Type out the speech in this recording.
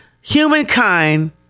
humankind